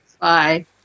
Bye